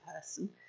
person